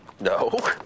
No